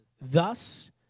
Thus